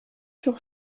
sur